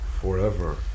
forever